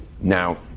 Now